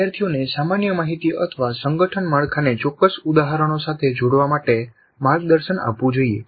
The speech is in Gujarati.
વિદ્યાર્થીઓને સામાન્ય માહિતી અથવા સંગઠન માળખાને ચોક્કસ ઉદાહરણો સાથે જોડવા માટે માર્ગદર્શન આપવું જોઈએ